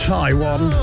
Taiwan